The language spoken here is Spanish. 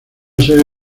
serie